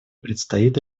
предстоит